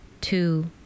Two